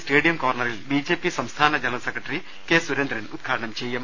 stadium കോർണറിൽ BJP സംസ്ഥാന general secretary K Surendran ഉദ്ഘാടനം ചെയ്യും